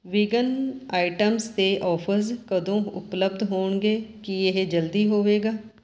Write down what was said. vegan items 'ਤੇ offers ਕਦੋਂ ਉਪਲਬਧ ਹੋਣਗੇ ਕੀ ਇਹ ਜਲਦੀ ਹੋਵੇਗਾ